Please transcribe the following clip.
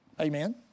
Amen